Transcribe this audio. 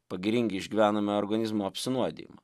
pagiringi išgyvename organizmo apsinuodijimą